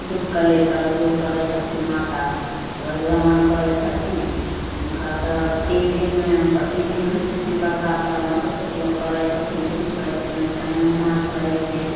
दुःख कलेश सब दुर करै छथिन माता सूरज भगवान करै छथिन हुनका तऽ तीन दिनमे तीन दिन होइ छथिन बड़का पाबनि तऽ फिर लोक करै छथिन कि नहि करै छथिन अइसे ही हमहूॅं आर करै छियनि